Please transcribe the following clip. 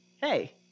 Hey